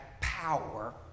power